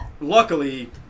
Luckily